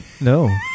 No